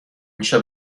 میشه